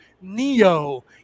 Neo